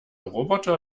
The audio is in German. roboter